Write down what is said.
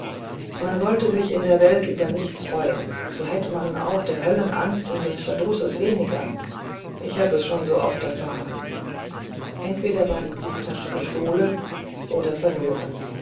man sollte sich in der welt über nichts freuen so hätte man auch der höllenangst und des verdrusses weniger ich habe es so oft schon erfahren entweder war die brieftasche gestohlen oder verloren